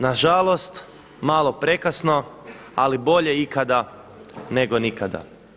Nažalost, malo prekasno ali bolje ikada nego nikada.